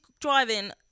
driving